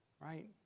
right